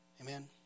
Amen